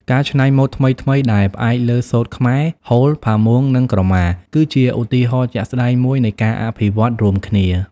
ការច្នៃម៉ូដថ្មីៗដែលផ្អែកលើ សូត្រខ្មែរ ហូល ផាមួង និងក្រមា គឺជាឧទាហរណ៍ជាក់ស្តែងមួយនៃការអភិវឌ្ឍរួមគ្នា។